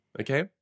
okay